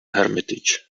hermitage